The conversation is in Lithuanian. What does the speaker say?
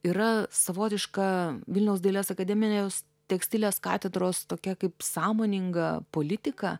yra savotiška vilniaus dailės akademijos tekstilės katedros tokia kaip sąmoninga politika